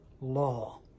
law